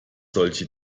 solche